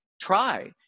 try